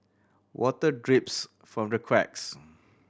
water drips from the cracks